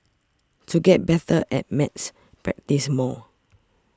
to get better at maths practise more